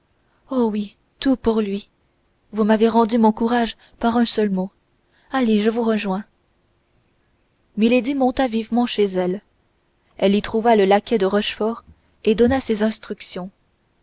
oh oui tout pour lui vous m'avez rendu mon courage par un seul mot allez je vous rejoins milady monta vivement chez elle elle y trouva le laquais de rochefort et lui donna ses instructions